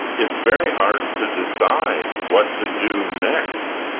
it's very hard to decide what to do next,